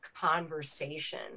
conversation